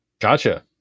Gotcha